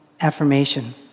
affirmation